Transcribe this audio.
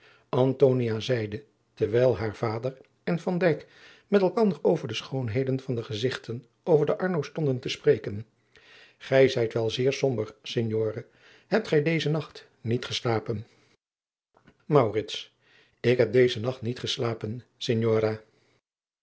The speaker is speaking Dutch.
terwijl haar vader en van dijk met elkander over de schoonheden van de gezigten over de arno stonden te spreken gij zijt wel zeer somber signore hebt gij dezen nacht niet geslapen maurits ik heb dezen nacht niet geslapen